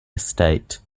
estate